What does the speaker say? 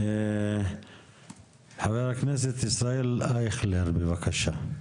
חבר הכנסת ישראל אייכלר, בבקשה.